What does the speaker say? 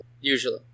Usually